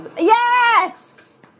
yes